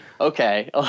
Okay